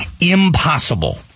Impossible